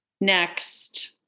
next